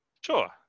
Sure